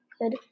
good